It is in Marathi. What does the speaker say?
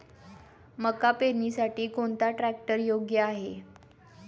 मका पेरणीसाठी कोणता ट्रॅक्टर योग्य आहे?